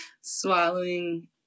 swallowing